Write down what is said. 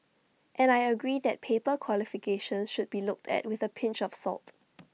and I agree that paper qualifications should be looked at with A pinch of salt